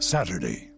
Saturday